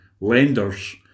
lenders